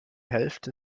hälfte